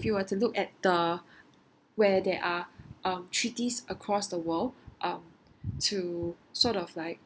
if you were to look at the where there are um treaties across the world um to sort of like